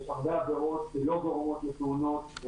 יש הרבה עבירות שלא גורמות לתאונות,